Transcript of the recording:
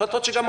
אנו